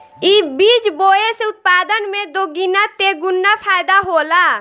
इ बीज बोए से उत्पादन में दोगीना तेगुना फायदा होला